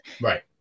Right